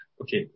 Okay